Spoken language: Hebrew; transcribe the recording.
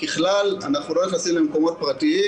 ככלל, אנחנו לא נכנסים למקומות פרטיים.